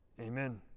Amen